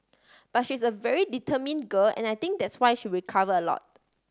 but she is a very determine girl and I think that's why she recover a lot